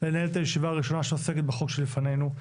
לנהל את הישיבה הראשונה שעוסקת בחוק שלפנינו,